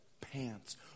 pants